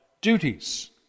duties